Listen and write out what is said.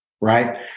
right